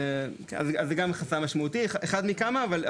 זה גם חסם משמעותי, אחד מתוך כמה.